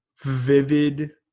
vivid